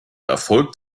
erfolg